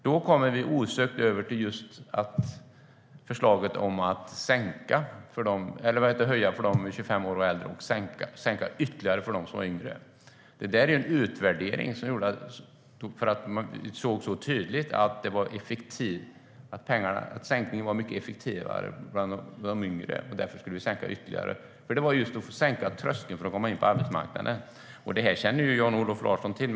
Då kommer vi osökt över till förslaget om att höja arbetsgivaravgifterna för dem som är 25 år och äldre och sänka arbetsgivaravgifterna ytterligare för dem som är yngre. Utvärderingar har visat tydligt att sänkningen var mycket effektivare för de yngre, och därför skulle vi sänka ytterligare för dem. Det handlade om att sänka tröskeln för unga att komma in på arbetsmarknaden. Detta känner Jan-Olof Larsson till.